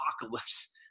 apocalypse